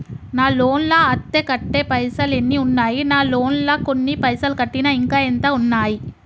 నా లోన్ లా అత్తే కట్టే పైసల్ ఎన్ని ఉన్నాయి నా లోన్ లా కొన్ని పైసల్ కట్టిన ఇంకా ఎంత ఉన్నాయి?